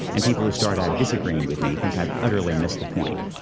and people who start out disagreeing with me think i've utterly missed the point.